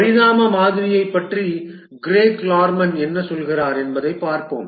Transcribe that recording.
பரிணாம மாதிரியைப் பற்றி கிரேக் லார்மன் என்ன சொல்கிறார் என்பதைப் பார்ப்போம்